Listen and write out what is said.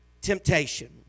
temptation